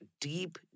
deep